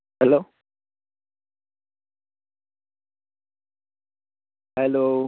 hello hello